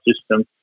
system